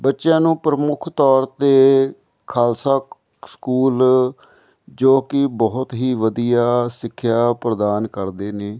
ਬੱਚਿਆਂ ਨੂੰ ਪ੍ਰਮੁੱਖ ਤੌਰ 'ਤੇ ਖਾਲਸਾ ਸਕੂਲ ਜੋ ਕੀ ਬਹੁਤ ਹੀ ਵਧੀਆ ਸਿੱਖਿਆ ਪ੍ਰਦਾਨ ਕਰਦੇ ਨੇ